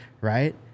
right